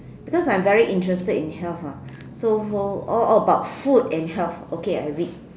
because I am very interested in health lah so so all about food and health okay I read